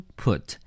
put